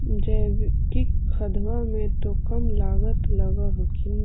जैकिक खदबा मे तो कम लागत लग हखिन न?